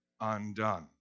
undone